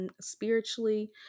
Spiritually